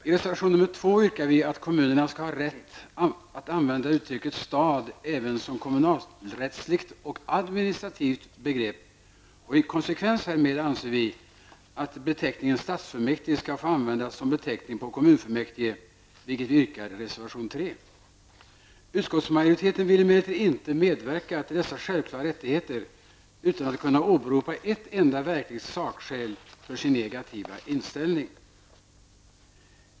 I reservation nr 2 yrkar vi att kommunerna skall ha rätt att använda ordet stad även som kommunalrättsligt och administrativt begrepp, och i konsekvens härmed anser vi att beteckningen stadsfullmäktige skall få användas som beteckning på kommunfullmäktige, vilket vi yrkar i reservation nr 3. Utskottsmajoriteten vill emellertid inte medverka till dessa självklara rättigheter och åberopar inte ett enda verkligt sakskäl för sin negativa inställning.